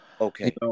Okay